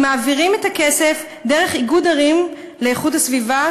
הם מעבירים את הכסף דרך איגוד ערים לאיכות הסביבה,